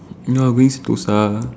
you know going Sentosa